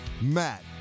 Matt